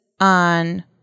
on